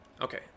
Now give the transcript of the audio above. Okay